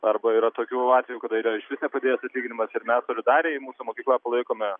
arba yra tokių atvejų kada yra išvis nepadidėjęs atlyginimas ir mes solidariai mūsų mokykla palaikome